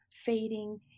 fading